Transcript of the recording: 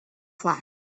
flash